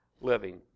living